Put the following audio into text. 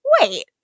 Wait